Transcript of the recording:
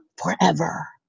Forever